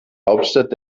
hauptstadt